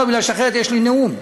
לא, כי אחרת יש לי נאום.